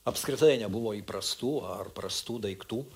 apskritai nebuvo įprastų ar prastų daiktų